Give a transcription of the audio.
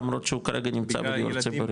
למרות שהוא כרגע נמצא בדיור ציבורי.